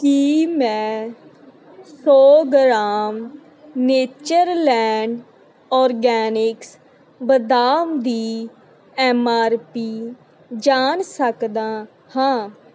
ਕੀ ਮੈਂ ਸੌ gram Natureland organics ਬਦਾਮ ਦੀ ਐੱਮ ਆਰ ਪੀ ਜਾਣ ਸਕਦਾ ਹਾਂ